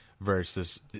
versus